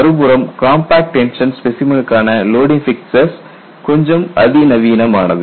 மறுபுறம் compact tension ஸ்பெசைமனுக்கான loading fixtures கொஞ்சம் அதிநவீனமானது